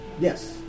Yes